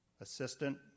assistant